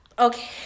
okay